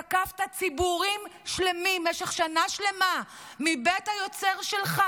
תקפת ציבורים שלמים במשך שנה שלמה מבית היוצר שלך.